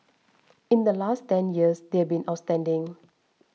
in the last ten years they've been outstanding